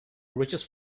reaches